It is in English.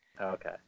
okay